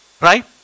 Right